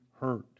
hurt